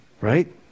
Right